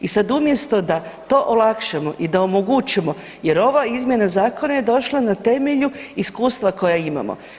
I sad umjesto da to olakšamo i da omogućimo jer ova izmjena zakona je došla na temelju iskustva koja imamo.